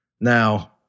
Now